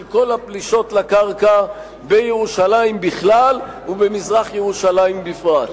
של כל הפלישות לקרקע בירושלים בכלל ובמזרח-ירושלים בפרט.